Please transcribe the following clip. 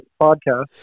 podcast